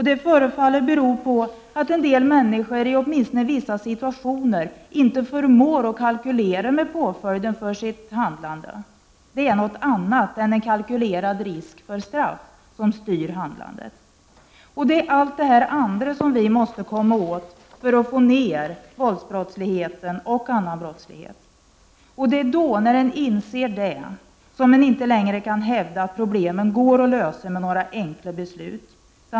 Det förefaller bero på att en del människor, åtminstone i vissa situationer, inte förmår att kalkylera med påföljden för sitt handlande. Det är annat än en kalkylerad risk för straff som styr handlandet. Det är allt detta andra som vi måste komma åt för att få ner våldsbrottsligheten och annan brottslighet, och det är när man inser det som man inte längre kan hävda att problemen går att lösa med några enkla beslut.